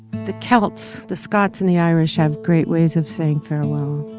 the celts, the scots and the irish have great ways of saying